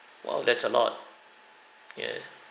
!wow! that's a lot ya